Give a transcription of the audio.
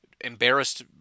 embarrassed